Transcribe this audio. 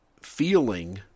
feeling